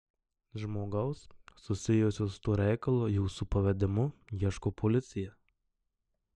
žmogaus susijusio su tuo reikalu jūsų pavedimu ieško policija